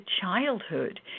childhood